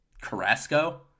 Carrasco